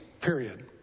Period